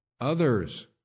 Others